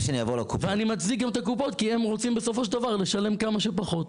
ואני מצדיק גם את הקופות כי הם רוצים בסופו של דבר לשלם כמה שפחות.